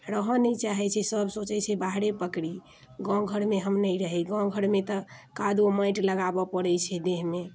रहऽ नहि चाहै छै सभ सोचै छै बाहरे पकड़ी गाँव घरमे हम नहि रही गाँव घरमे तऽ कादो माटि लगाबऽ पड़ै छै देहमे